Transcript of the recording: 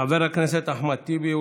חבר הכנסת אחמד טיבי,